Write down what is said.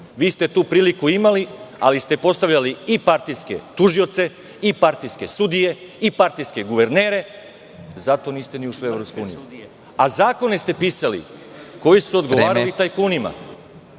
Vi ste tu priliku imali ali ste postavljali i partijske tužioce i partijske sudije i partijske guvernere i zato niste ušli u EU. Zakone ste pisali koji su odgovarali tajkunima,